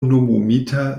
nomumita